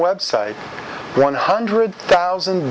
website one hundred thousand